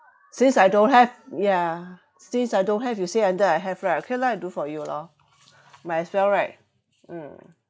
since I don't have ya since I don't have you say until I have right okay lah I do for you lor might as well right mm